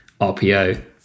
RPO